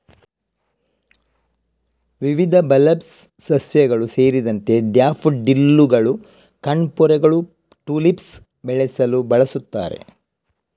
ವಿವಿಧ ಬಲ್ಬಸ್ ಸಸ್ಯಗಳು ಸೇರಿದಂತೆ ಡ್ಯಾಫೋಡಿಲ್ಲುಗಳು, ಕಣ್ಪೊರೆಗಳು, ಟುಲಿಪ್ಸ್ ಬೆಳೆಸಲು ಬಳಸುತ್ತಾರೆ